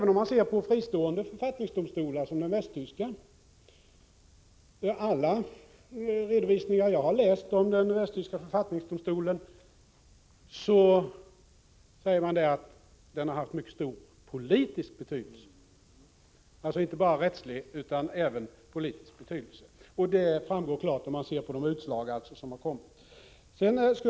När det gäller fristående författningsdomstolar som den västtyska vill jag säga att alla redovisningar jag läst om den västtyska författningsdomstolen ger vid handen att den har haft en mycket stor politisk betydelse — alltså inte bara rättslig utan även politisk betydelse. Det framgår klart av de utslag som har kommit.